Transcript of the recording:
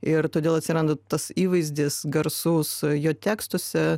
ir todėl atsiranda tas įvaizdis garsus jo tekstuose